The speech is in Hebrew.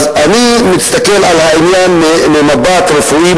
מבחינתי אני מסתכל על העניין במבט רפואי,